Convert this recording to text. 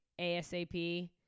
ASAP